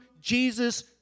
Jesus